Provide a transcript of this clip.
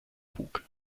bug